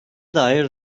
dair